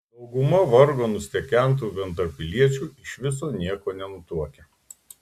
dauguma vargo nustekentų bendrapiliečių iš viso nieko nenutuokia